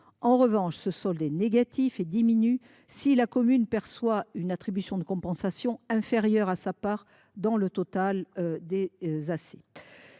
l’inverse, le solde est négatif et diminue si la commune reçoit une attribution de compensation inférieure à sa part dans le total de ces